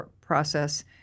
process